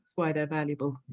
why they're valuable.